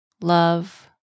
love